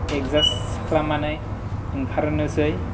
adjust खालामनानै ओंखारनोसै